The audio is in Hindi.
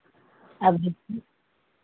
आप जिसका